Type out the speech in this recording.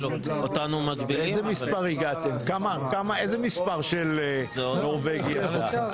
איזה מספר של נורווגי אתה?